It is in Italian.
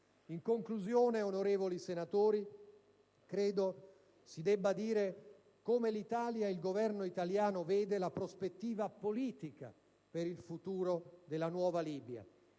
In conclusione, onorevoli senatori, credo si debba dire come l'Italia ed il Governo italiano vedono la prospettiva politica per il futuro della nuova Libia.